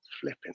flipping